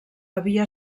havia